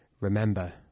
remember